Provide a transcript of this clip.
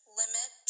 limit